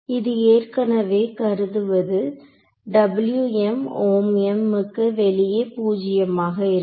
இது ஏற்கனவே கருதுவது க்கு வெளியே பூஜ்ஜியமாக இருக்கும்